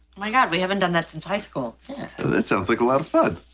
my god we haven't done that since high school. it sounds like a lot of fun.